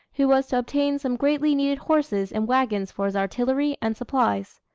who was to obtain some greatly-needed horses and wagons for his artillery and supplies.